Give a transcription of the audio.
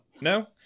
No